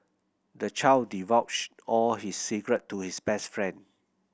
the child divulged all his secret to his best friend